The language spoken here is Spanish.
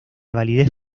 validez